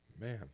man